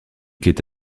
est